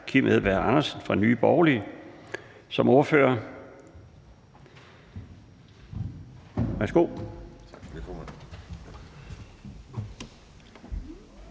Kim Edberg Andersen fra Nye Borgerlige som spørger. Værsgo.